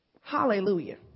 Hallelujah